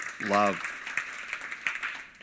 Love